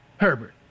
Herbert